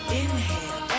inhale